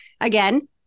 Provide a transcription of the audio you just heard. Again